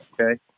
Okay